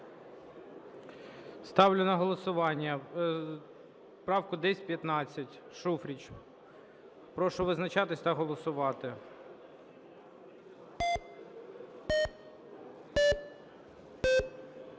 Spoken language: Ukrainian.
Ставлю на голосування правку 1015 Шуфрича. Прошу визначатись та голосувати.